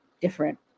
different